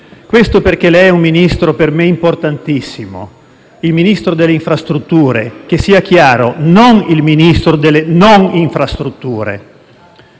Questo perché lei è un Ministro per me importantissimo: il Ministro delle infrastrutture, che sia chiaro, non il Ministro delle non infrastrutture.